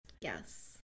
yes